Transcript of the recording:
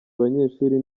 abanyeshuri